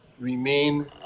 remain